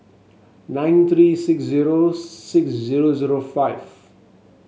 nine three six zero six zero zero five